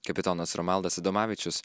kapitonas romaldas adomavičius